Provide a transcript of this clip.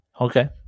Okay